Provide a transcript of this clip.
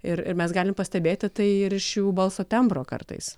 ir ir mes galim pastebėti tai ir iš jų balso tembro kartais